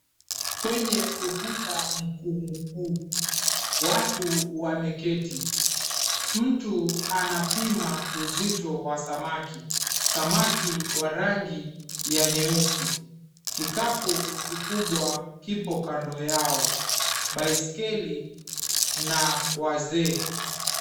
Kwenye ukuta mkuu 𝑚kuu watu wameketi. Mtu anapima uzito wa samak𝑖, 𝑠amaki wa rangi ya nyeusi. Kikapu kikubwa kipo kando yao. Baiskeli na wazee.